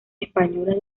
españolas